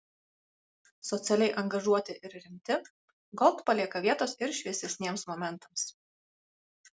socialiai angažuoti ir rimti gold palieka vietos ir šviesesniems momentams